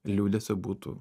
liūdesio būtų